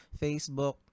Facebook